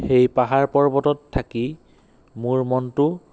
সেই পাহাৰ পৰ্বতত থাকি মোৰ মনটো